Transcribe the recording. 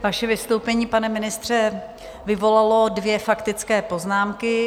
Vaše vystoupení, pane ministře, vyvolalo dvě faktické poznámky.